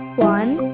one